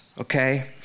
okay